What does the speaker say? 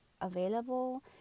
available